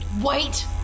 Wait